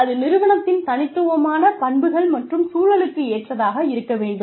அது நிறுவனத்தின் தனித்துவமான பண்புகள் மற்றும் சூழலுக்கு ஏற்றதாக இருக்க வேண்டும்